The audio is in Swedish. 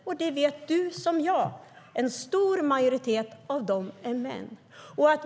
Erik Ullenhag vet, liksom jag, att en stor majoritet av dem är män.